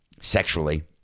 sexually